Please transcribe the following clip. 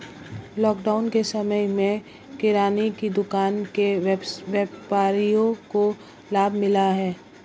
lockdown के समय में किराने की दुकान के व्यापारियों को लाभ मिला है